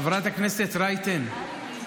חברת הכנסת רייטן,